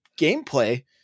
gameplay